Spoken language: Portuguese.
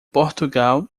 portugal